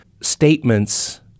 statements